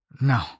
No